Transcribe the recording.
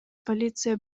полиция